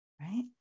Right